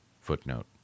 Footnote